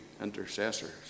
intercessors